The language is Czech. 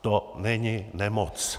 To není nemoc!